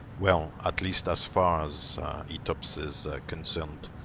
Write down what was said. well at least as far as etops is concerned.